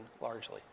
largely